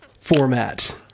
format